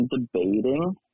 debating